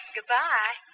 Goodbye